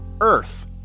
Earth